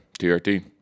TRT